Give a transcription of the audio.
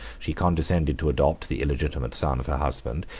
she condescended to adopt the illegitimate son of her husband,